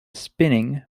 spinning